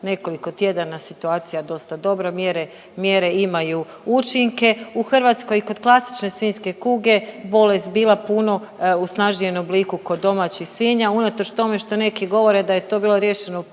nekoliko tjedana situacija dosta dobra, mjere imaju učinke. U Hrvatskoj kod klasične svinjske kuge bolest bila puno u snažnijem obliku kod domaćih svinja, unatoč tome što neki govore da je to bilo riješeno u